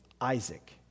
Isaac